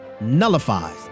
nullifies